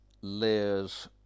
layers